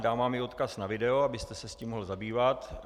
Dám vám i odkaz na video, abyste se s tím mohl zabývat.